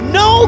no